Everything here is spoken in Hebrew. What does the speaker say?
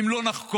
אם לא נחקור